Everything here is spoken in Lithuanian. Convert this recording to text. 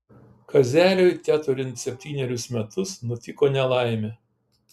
kazeliui teturint septynerius metus nutiko nelaimė